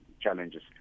challenges